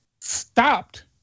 stopped